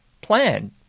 plan